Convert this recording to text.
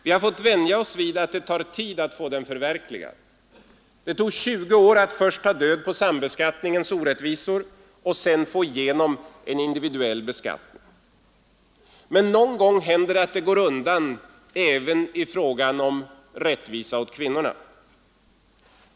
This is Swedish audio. Vi har fått vänja oss vid att det tar tid att få den förverkligad. Det tog 20 år att först ta död på sambeskattningens orättvisor och sedan få igenom en individuell beskattning. Men någon gång händer det att det går undan även i fråga om rättvisa åt kvinnorna.